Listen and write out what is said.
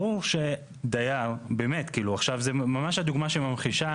ברור שדיר, עכשיו זו ממש הדוגמא שממחישה